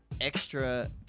extra